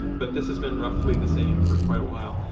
but this has been roughly the same for quite awhile.